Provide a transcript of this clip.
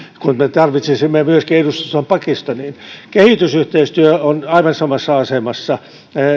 kun me tarvitsisimme myöskin edustuston pakistaniin kehitysyhteistyö on aivan samassa asemassa